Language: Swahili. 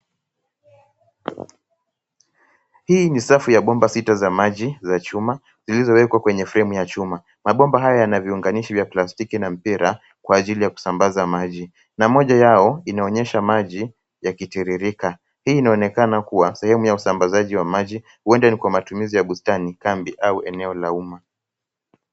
Hii ni safu ya bomba sita za maji za chuma, zilizowekwa kwa fremu ya chuma. Mabomba haya yana viunganishi vyaa plastiki na mpira, kwa ajili ya kusambaza maji. Na moja yao, inaonyesha maji yakitiririka. Hii inaonekana kuwa sehemu ya usambazaji wa maji, huenda ni kwa matumizi ya bustani, kambi au eneo la umma.